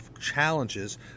challenges